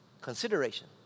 consideration